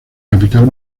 capital